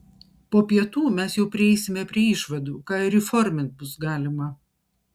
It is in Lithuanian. po pietų mes jau prieisime prie išvadų ką ir įformint bus galima